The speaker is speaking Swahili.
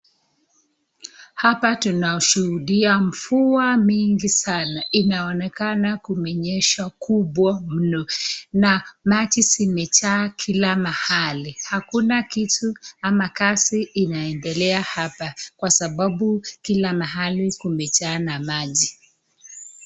Hapa tunashuhudia mvua mingi sana inaonekana kumenyesha kubwa mno na maji imejaa kila mahali hakuna kitu ama kazi inaendelea hapa kwa sababu kila mahali kumejaa na maji.